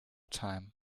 time